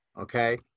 okay